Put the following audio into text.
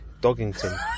Doggington